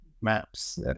maps